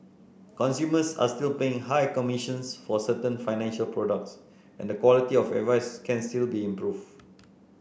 consumers are still paying high commissions for certain financial products and the quality of advice can still be improved